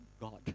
God